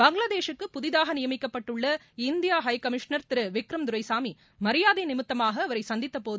பங்ளாதேஷூக்கு புதிதாக நியமிக்கப்பட்டுள்ள India high commissioner திரு விக்ரம் துரைசாமி மரியாதை நிமித்தமாக அவரை சந்தித்தபோது